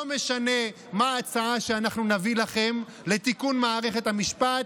לא משנה מה ההצעה שאנחנו נביא לכם לתיקון מערכת המשפט,